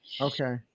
okay